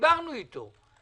דיברנו איתו.